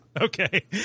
Okay